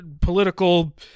Political